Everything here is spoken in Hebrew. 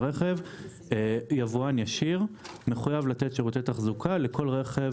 הרכב יבואן ישיר מחויב לתת שירותי תחזוקה לכל רכב